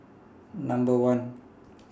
Number one